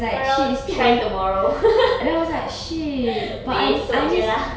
girl try tomorrow besok jer lah